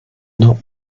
not